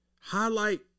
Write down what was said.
highlight